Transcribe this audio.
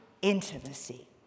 intimacy